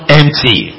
empty